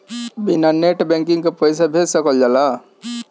बिना net banking के पईसा भेज सकल जाला?